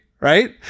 Right